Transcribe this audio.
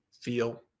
feel